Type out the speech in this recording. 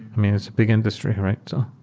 i mean, it's a big industry, right?